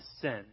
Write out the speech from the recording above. sin